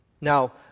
Now